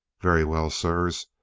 very well, sirs.